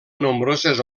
nombroses